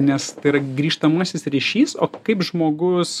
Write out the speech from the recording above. nes tai yra grįžtamasis ryšys o kaip žmogus